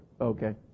Okay